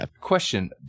Question